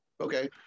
Okay